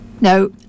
No